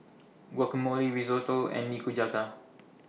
Guacamole Risotto and Nikujaga